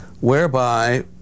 whereby